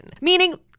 Meaning